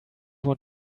want